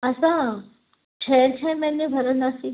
असां छह छह महीने भरंदासीं